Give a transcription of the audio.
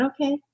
okay